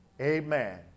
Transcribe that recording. Amen